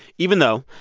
even though,